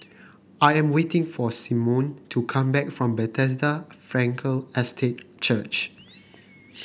I am waiting for Symone to come back from Bethesda Frankel Estate Church